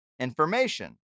information